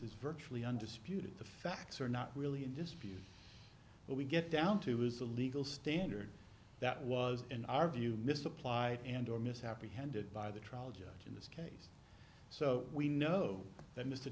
is virtually undisputed the facts are not really in dispute but we get down to was the legal standard that was in our view misapplied and or misapprehended by the trial judge in this case so we know that mr